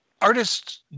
artists